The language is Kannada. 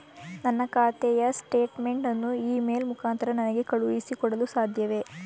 ನನ್ನ ಖಾತೆಯ ಸ್ಟೇಟ್ಮೆಂಟ್ ಅನ್ನು ಇ ಮೇಲ್ ಮುಖಾಂತರ ನನಗೆ ಕಳುಹಿಸಿ ಕೊಡಲು ಸಾಧ್ಯವೇ?